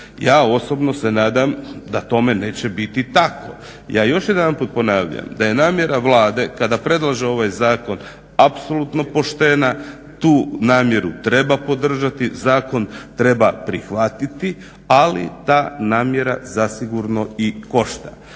Ja osobno se nadam da tome neće biti tako. Ja još jedanput ponavljam da je namjera Vlade kada predlaže ovaj zakon apsolutno poštena, tu namjeru treba podržati, zakon treba prihvatiti, ali ta namjera zasigurno i košta.